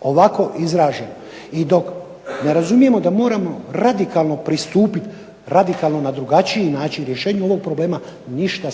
ovako izražen i dok ne razumijemo da moramo radikalno pristupiti, radikalno na drugačiji način rješenju ovog problema ništa